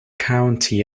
county